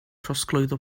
trosglwyddo